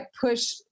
push